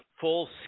full